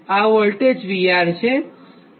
આ voltage VR છે